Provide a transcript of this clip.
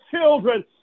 children